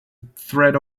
threat